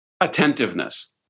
attentiveness